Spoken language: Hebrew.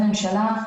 זה הדגש שלנו.